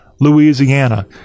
Louisiana